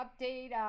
update